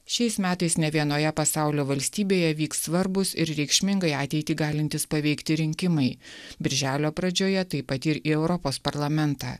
šiais metais nė vienoje pasaulio valstybėje vyks svarbūs ir reikšmingai ateitį galintys paveikti rinkimai birželio pradžioje taip pat ir į europos parlamentą